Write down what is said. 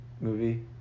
movie